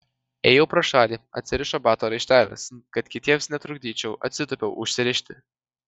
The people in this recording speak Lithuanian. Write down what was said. ėjau pro šalį atsirišo bato raištelis kad kitiems netrukdyčiau atsitūpiau užsirišti